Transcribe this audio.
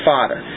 Father